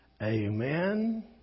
Amen